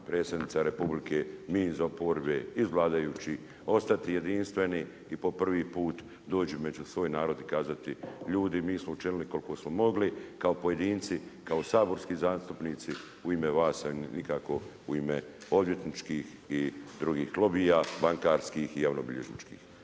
predsjednica Republike, mi iz oporbe, iz vladajućih ostati jedinstveni i po prvi put doći među svoj narod i kazati, ljudi mi smo učinili koliko smo mogli, kao pojedinci, kao saborski zastupnici, u ime vas a nikako u ime odvjetničkih i drugih lobija, bankarskih i javnobilježničkih.